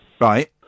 Right